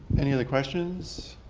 any other questions?